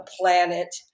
planet